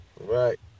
right